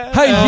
Hey